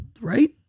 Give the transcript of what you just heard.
right